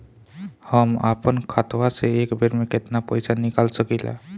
हम आपन खतवा से एक बेर मे केतना पईसा निकाल सकिला?